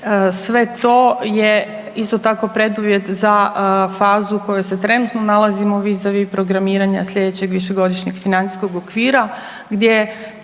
Sve to je isto tako preduvjet za fazu u kojoj se trenutno nalazimo vizavi programiranja slijedećeg višegodišnjeg financijskog okvira gdje